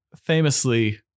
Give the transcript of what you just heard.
famously